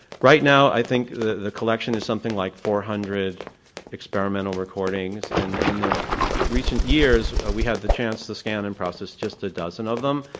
right now, i think, the collection is something like four hundred experimental recordings, and in the recent years we had the chance to scan and process just a dozen of them.